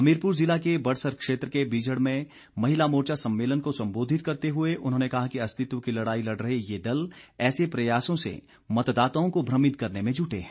हमीरपुर जिला के बड़सर क्षेत्र के बिझड़ में महिला मोर्चा सम्मेलन को सम्बोधित करते हुए उन्होंने कहा कि अस्तित्व की लड़ाई लड़ रहे ये दल ऐसे प्रयासों से मतदाताओं को भ्रमित करने में जुटे हैं